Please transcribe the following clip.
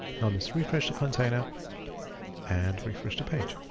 now let's refresh the container and refresh the page.